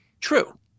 True